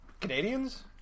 Canadians